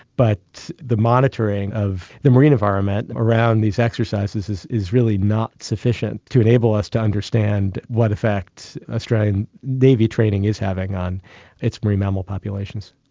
but the monitoring of the marine environment around these exercises is is really not sufficient to enable us to understand what effects australian navy training is having on its marine mammal populations.